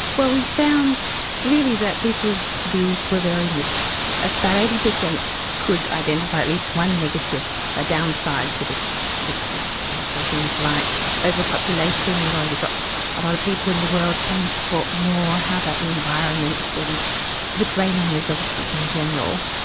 well we found really that people's views were very mixed. about eighty percent could identify at least one negative ah downside to this, which is obviously things like overpopulation we've already got a lot of people in the world, can we support more? how about the environment? and the drain on resources in general.